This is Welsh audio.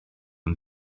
ond